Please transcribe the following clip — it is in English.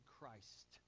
Christ